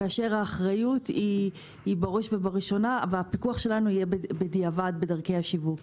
והפיקוח שלנו יהיה בדיעבד בדרכי השיווק.